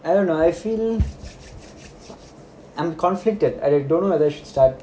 I don't know I feel I'm conflicted I don't know whether should start